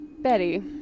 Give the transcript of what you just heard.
Betty